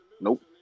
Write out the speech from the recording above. nope